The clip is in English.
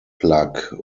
plaque